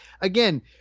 Again